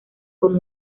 con